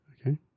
okay